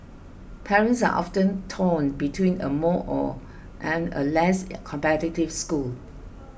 parents are often torn between a more or and a less competitive school